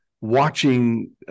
watching